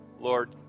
Lord